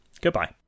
goodbye